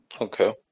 Okay